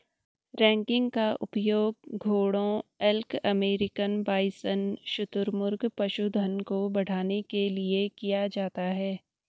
ranking का उपयोग घोड़ों एल्क अमेरिकन बाइसन शुतुरमुर्ग पशुधन को बढ़ाने के लिए किया जाता है